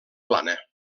plana